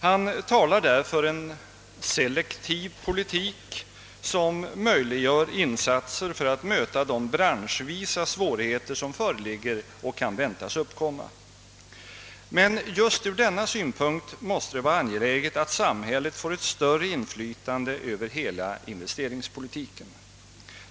Han talar där för en selektiv politik som möjliggör insatser för att möta de branschvisa svårigheter som föreligger och kan väntas uppkomma. Men just ur denna synpunkt måste det vara angeläget att samhället får ett större inflytande över hela investeringspolitiken.